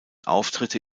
auftritte